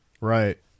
Right